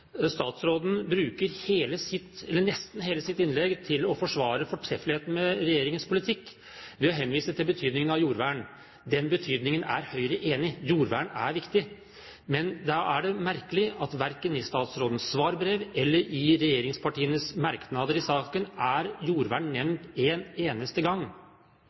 nesten hele sitt innlegg til å forsvare fortreffeligheten i regjeringens politikk ved å henvise til betydningen av jordvern. Den betydningen er Høyre enig i. Jordvern er viktig. Men da er det merkelig at verken i statsrådens svarbrev eller i regjeringspartienes merknader i saken er jordvern nevnt en eneste gang.